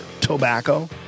tobacco